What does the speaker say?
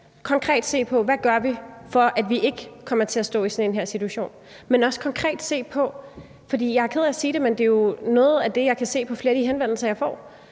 konkret se på, hvad vi gør, for at vi ikke kommer til at stå i sådan en situation her, men også se på – og jeg er ked af at sige det, men det er jo noget af det, jeg kan se i flere af de henvendelser, jeg får